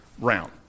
round